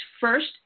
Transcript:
first